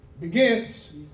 Begins